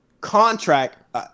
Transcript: contract